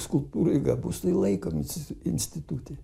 skulptūrai gabus tai laikom institute